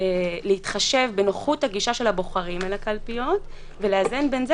להתחשב בנוחות הגישה של הבוחרים לקלפיות ולאזן בין זה